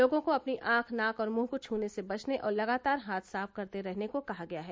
लोगों को अपनी आंख नाक और मुंह को छूने से बचने और लगातार हाथ साफ करते रहने को कहा गया है